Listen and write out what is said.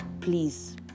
please